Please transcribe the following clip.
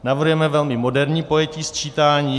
Navrhujeme velmi moderní pojetí sčítání.